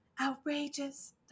Outrageous